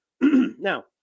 Now